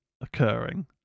occurring